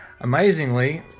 Amazingly